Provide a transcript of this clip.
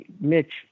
Mitch